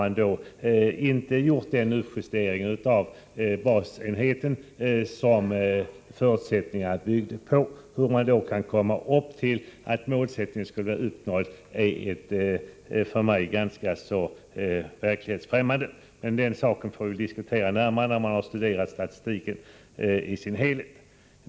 Man har inte heller gjort den uppjustering av basenheten som förutsättningarna byggde på. Hur man då kan komma fram till att målsättningen skulle vara uppnådd är för mig svårt att förstå. Men den saken får vi diskutera närmare när vi studerat statistiken i dess helhet.